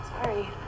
Sorry